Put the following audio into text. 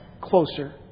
closer